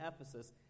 Ephesus